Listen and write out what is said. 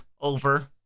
over